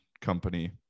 company